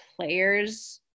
players